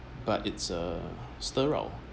but it's a sterile